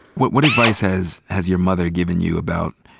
what what advice has has your mother given you about